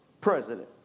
president